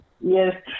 Yes